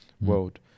world